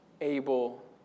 able